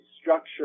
structure